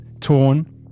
torn